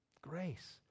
Grace